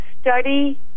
study